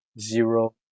zero